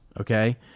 okay